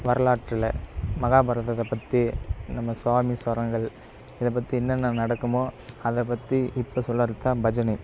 வரலாற்றில் மகாபாரதத்தை பற்றி நம்ம சாமி ஸ்வரங்கள் இதை பற்றி என்னென்ன நடக்குமோ அதை பற்றி இப்போ சொல்றதுதான் பஜனை